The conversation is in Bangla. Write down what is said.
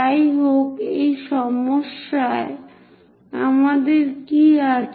যাই হোক এই সমস্যায় আমাদের কি আছে